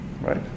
Right